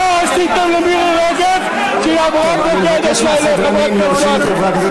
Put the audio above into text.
מה עשיתם למירי רגב כשהיא אמרה "בוגדת" לחברת הכנסת זועבי?